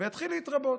ויתחיל להתרבות.